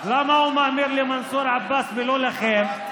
תעשו לבנט מסאז' בגב.